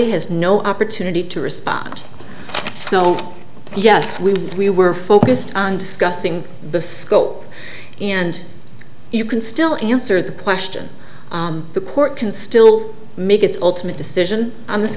appellee has no opportunity to respond so yes we we were focused on discussing the scope and you can still answer the question the court can still make its ultimate decision on this